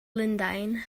lundain